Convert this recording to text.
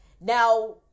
Now